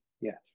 yes